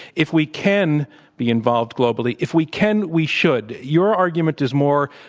if we can be involved globally, if we can, we should. your argument is more,